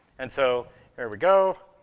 and so there we go.